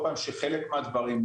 שחלק מהדברים,